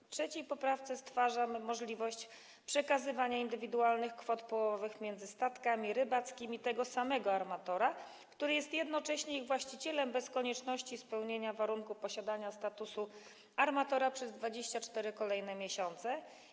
W trzeciej poprawce stwarzamy możliwość przekazywania indywidualnych kwot połowowych między statkami rybackimi tego samego armatora, który jest jednocześnie ich właścicielem, bez konieczności spełniania warunku posiadania statusu armatora przez 24 kolejne miesiące.